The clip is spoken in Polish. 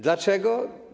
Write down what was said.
Dlaczego?